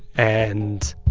and